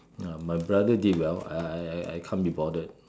uh my brother did well I I I I I can't be bothered